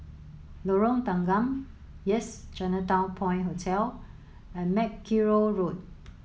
Lorong Tanggam Yes Chinatown Point Hotel and Mackerrow Road